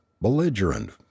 belligerent